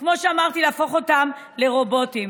כמו שאמרתי, להפוך אותם לרובוטים.